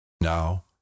Now